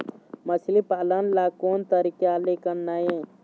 मछली पालन ला कोन तरीका ले करना ये?